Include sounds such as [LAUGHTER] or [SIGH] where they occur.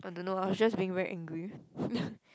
I don't know lah I was just being very angry [LAUGHS]